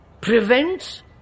prevents